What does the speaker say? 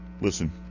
Listen